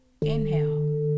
Inhale